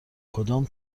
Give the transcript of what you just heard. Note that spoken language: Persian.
کدام